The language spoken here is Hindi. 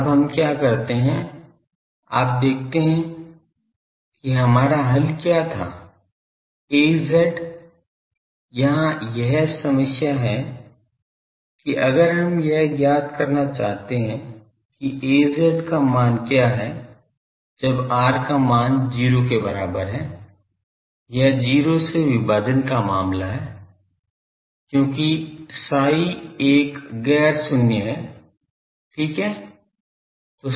अब हम क्या करते हैं आप देखते हैं कि हमारा हल क्या था Az यहां एक समस्या यह है कि अगर हम यह ज्ञात करना चाहते हैं कि Az का मान क्या है जब r का मान 0 के बराबर है यह 0 से विभाजन का मामला है क्योंकि psi एक गैर शून्य है ठीक है